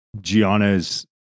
Gianna's